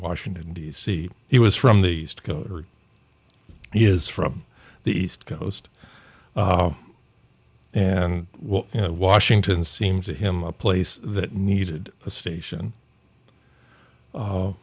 washington d c he was from the east coast he is from the east coast and you know washington seems to him a place that needed a station